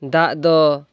ᱫᱟᱜ ᱫᱚ